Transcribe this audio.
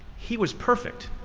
he was perfect,